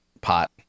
pot